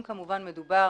אם כמובן מדובר